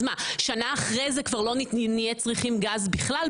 אז מה, שנה אחרי זה כבר לא נהיה צריכים גז בכלל?